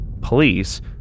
Police